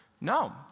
no